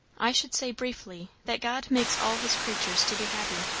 i should say briefly, that god makes all his creatures to be happy.